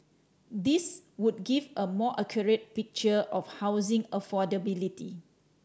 these would give a more accurate picture of housing affordability